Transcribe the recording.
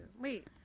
wait